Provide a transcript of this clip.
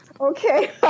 Okay